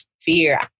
fear